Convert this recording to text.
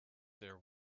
there